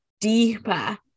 deeper